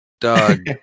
dog